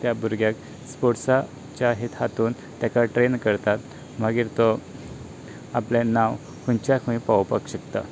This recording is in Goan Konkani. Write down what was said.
त्या भुरग्याक स्पोर्टाच्या हातूंत ताका ट्रेन करतात मागीर तो आपलें नांव खंयच्या खंय पावोपाक शकता